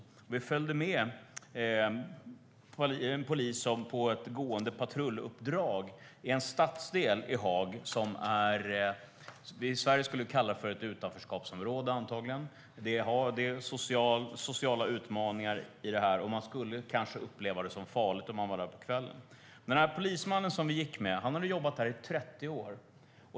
Vi följde med en polis på ett gående patrulluppdrag i en stadsdel i Haag som vi i Sverige antagligen skulle kalla för ett utanförskapsområde. Det finns sociala utmaningar, och man skulle kanske uppleva det som farligt om man var där på kvällen. Polismannen som vi gick med hade jobbat där i 30 år.